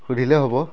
সুধিলে হ'ব